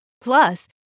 Plus